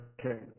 Okay